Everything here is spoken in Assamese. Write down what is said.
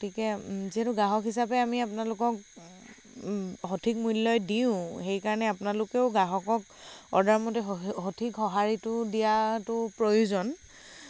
গতিকে যিহেতু গ্ৰাহক হিচাপে আমি আপোনালোকক সঠিক মূল্য়ই দিওঁ সেইকাৰণে আপোনালোকেও গ্ৰাহকক অৰ্ডাৰমতে সঠিক সঁহাৰিটো দিয়াটো প্ৰয়োজন